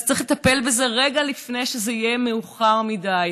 אז צריך לטפל בזה רגע לפני שזה יהיה מאוחר מדי,